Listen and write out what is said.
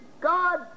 God